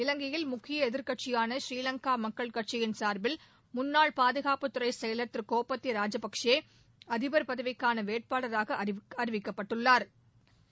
இலங்கையில் முக்கிய எதிர்க்கட்சியான ஸ்ரீலங்கா மக்கள் கட்சியின் சார்பில் முன்னாள் பாதுகாப்புத் துறை செயல் திரு கோத்தப்பய ராஜபக்சே அதிபா் பதவிக்கான வேட்பாளராக அறிவிக்கப்பட்டுள்ளாா்